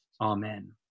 Amen